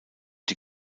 die